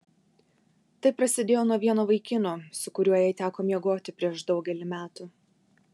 tai prasidėjo nuo vieno vaikino su kuriuo jai teko miegoti prieš daugelį metų